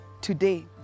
today